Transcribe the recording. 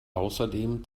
außerdem